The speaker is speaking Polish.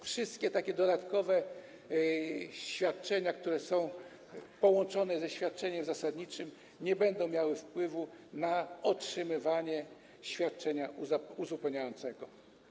Wszystkie takie dodatkowe świadczenia, które są połączone ze świadczeniem zasadniczym, nie będą miały wpływu na otrzymywanie świadczenia uzupełniającego.